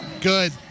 good